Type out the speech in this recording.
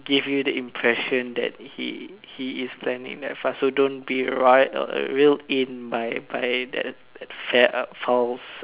give you the impression that he he is planning that far so don't be right or reeled in by by that fed up files